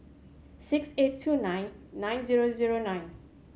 six eight two nine nine zero zero nine